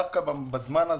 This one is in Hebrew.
דווקא בזמן הזה,